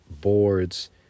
boards